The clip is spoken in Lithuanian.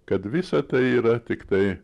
kad visa tai yra tiktai